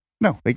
No